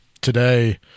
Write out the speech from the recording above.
today